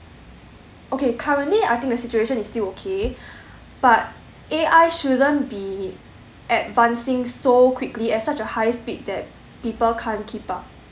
okay currently I think the situation is still okay but A_I shouldn't be advancing so quickly at such a high speed that people can't keep up